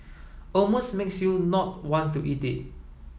almost makes you not want to eat it